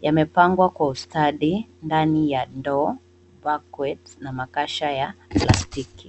Yamepangwa kwa ustadi ndani ya ndoo, bouquettes na makasha ya plastiki.